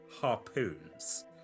harpoons